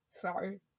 sorry